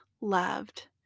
loved